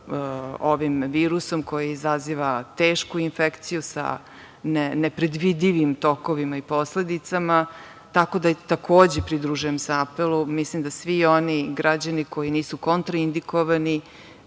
ovim virusom koji izaziva tešku infekciju, sa nepredvidivim tokovima i posledicama. Tako da, takođe se pridružujem apelu. Mislim da svi oni građani koji nisu kontraindikovani